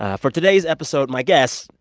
ah for today's episode, my guests,